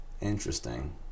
interesting